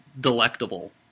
delectable